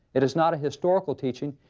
it is not a historical teaching,